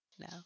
no